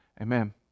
amen